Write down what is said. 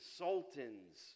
sultans